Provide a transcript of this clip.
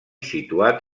situat